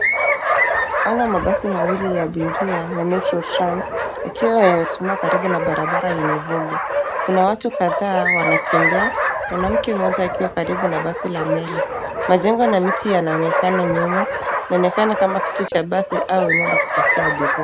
Kuna mabasi mawili ya abiria ya MetroTrans yakiwa yamesimama karibu na barabara yenye vumbi. Kuna watu kadhaa wanatembea mwanamke mmoja akiwa karibu na basi la meli. Majengo na miti yanaonekana nyuma. Inaonekana kama kituo cha basi au eneo la kupakia abiria.